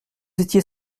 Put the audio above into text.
étiez